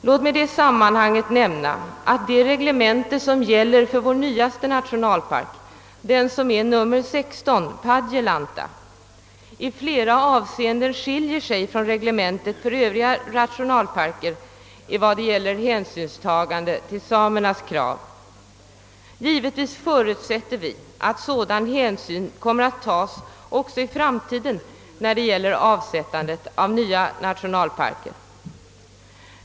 Låt mig i sammanhanget nämna att det reglemente som gäller för vår nyaste nationalpark, Padjelanta, som är vår sextonde nationalpark, i flera avseenden skiljer sig från reglementena för övriga nationalparker i vad gäller hänsynstagande till samernas krav. Vi förutsätter givetvis att sådan hänsyn kommer att tas också i framtiden vid avsättandet av nya nationalparker.